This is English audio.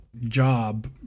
job